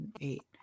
eight